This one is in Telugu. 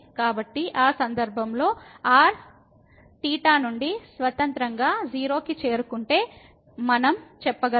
కాబట్టి ఆ సందర్భంలో r నుండి స్వతంత్రంగా 0 కి చేరుకుంటే మనం చెప్పగలం